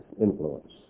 influence